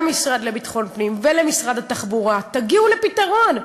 למשרד לביטחון הפנים ולמשרד התחבורה: תגיעו לפתרון,